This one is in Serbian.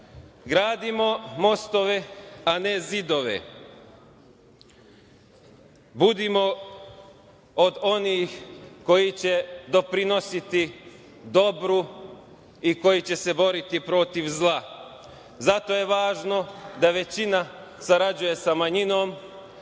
Gradimo mostove, a ne zidove. Budimo od onih koji će doprinositi dobru i koji će se boriti protiv zla. Zato je važno da većina sarađuje sa manjinom